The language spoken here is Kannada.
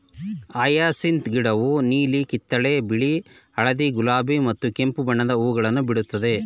ಹಯಸಿಂತ್ ಗಿಡವು ನೀಲಿ, ಕಿತ್ತಳೆ, ಬಿಳಿ, ಹಳದಿ, ಗುಲಾಬಿ ಮತ್ತು ಕೆಂಪು ಬಣ್ಣದ ಹೂಗಳನ್ನು ಬಿಡುತ್ತದೆ